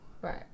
Right